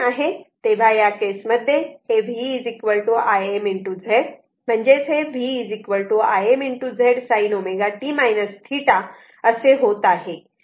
तेव्हा या केस मध्ये हे v Im Z v Im Z sin ω t θ असे होत आहे